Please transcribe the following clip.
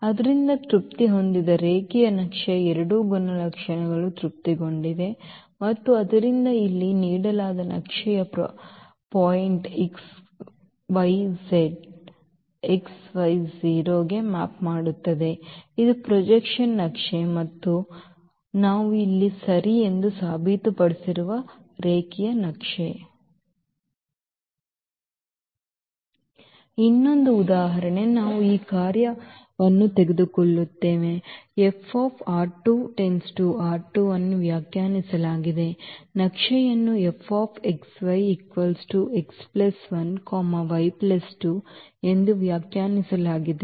ಆದ್ದರಿಂದ ತೃಪ್ತಿ ಹೊಂದಿದ ರೇಖೀಯ ನಕ್ಷೆಯ ಎರಡೂ ಗುಣಲಕ್ಷಣಗಳು ತೃಪ್ತಿಗೊಂಡಿವೆ ಮತ್ತು ಆದ್ದರಿಂದ ಇಲ್ಲಿ ನೀಡಲಾದ ನಕ್ಷೆಯು point x y z x y 0 ಗೆ ಮ್ಯಾಪ್ ಮಾಡುತ್ತದೆ ಇದು ಪ್ರೊಜೆಕ್ಷನ್ ನಕ್ಷೆ ಮತ್ತು ಅದು ನಾವು ಇಲ್ಲಿ ಸರಿ ಎಂದು ಸಾಬೀತುಪಡಿಸಿರುವ ರೇಖೀಯ ನಕ್ಷೆ ಇನ್ನೊಂದು ಉದಾಹರಣೆ ನಾವು ಈ ಕಾರ್ಯವನ್ನು ತೆಗೆದುಕೊಳ್ಳುತ್ತೇವೆ ಅನ್ನು ವ್ಯಾಖ್ಯಾನಿಸಲಾಗಿದೆ ನಕ್ಷೆಯನ್ನು ಎಂದು ವ್ಯಾಖ್ಯಾನಿಸಲಾಗಿದೆ